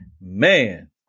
Man